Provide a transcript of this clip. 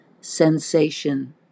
Sensation